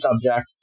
subject